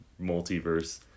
multiverse